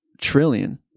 trillion